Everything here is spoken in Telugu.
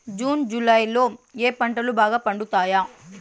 జూన్ జులై లో ఏ పంటలు బాగా పండుతాయా?